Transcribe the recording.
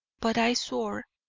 but i swore,